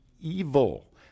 evil